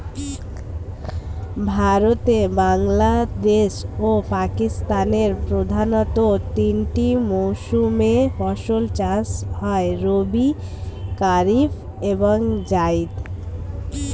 ভারতে, বাংলাদেশ ও পাকিস্তানের প্রধানতঃ তিনটি মৌসুমে ফসল চাষ হয় রবি, কারিফ এবং জাইদ